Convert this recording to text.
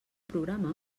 programa